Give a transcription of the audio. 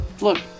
look